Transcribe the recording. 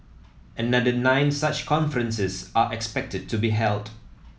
another nine such conferences are expected to be held